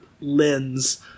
lens